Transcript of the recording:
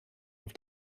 auf